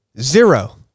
Zero